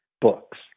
books